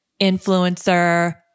influencer